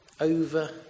over